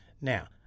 Now